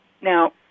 Now